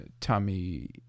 Tommy